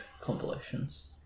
compilations